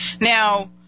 Now